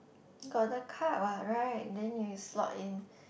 got the card what right then you slot in